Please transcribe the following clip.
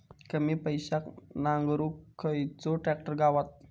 कमी पैशात नांगरुक खयचो ट्रॅक्टर गावात?